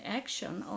action